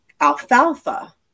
alfalfa